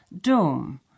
Dome